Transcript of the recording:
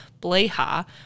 Blaha